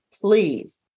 please